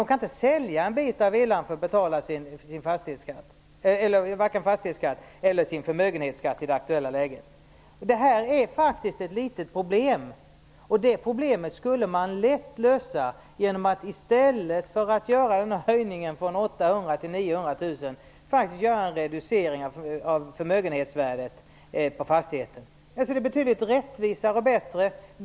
De kan inte sälja en bit av villan för att betala sin fastighetsskatt eller sin förmögenhetsskatt. Det är faktiskt ett litet problem. Det skulle man lätt lösa genom att i stället för att göra den här höjningen från 800 000 till 900 000 göra en reducering av förmögenhetsvärdet på fastigheten. Det är betydligt rättvisare och bättre.